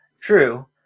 True